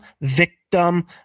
victim